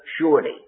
surely